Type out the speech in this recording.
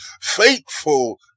faithful